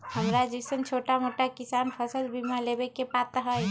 हमरा जैईसन छोटा मोटा किसान फसल बीमा लेबे के पात्र हई?